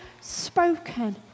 spoken